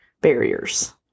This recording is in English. barriers